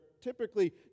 typically